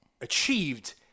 achieved